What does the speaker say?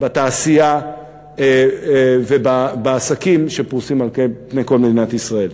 בתעשייה ובעסקים שפרוסים על פני כל מדינת ישראל.